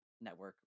network